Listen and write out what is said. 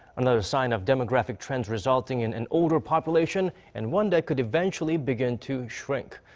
another sign of demographic trends resulting in an older population. and one that could eventually begin to shrink.